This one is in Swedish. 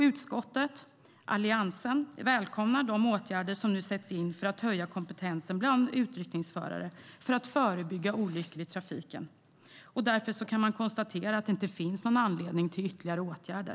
Utskottet och Alliansen välkomnar de åtgärder som nu sätts in för att höja kompetensen bland utryckningsförare för att förebygga olyckor i trafiken. Man kan därför konstatera att det inte finns någon anledning till ytterligare åtgärder.